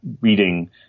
reading